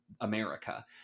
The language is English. america